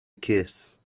kiss